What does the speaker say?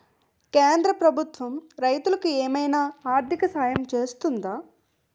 కేంద్ర ప్రభుత్వం రైతులకు ఏమైనా ఆర్థిక సాయం చేస్తుందా?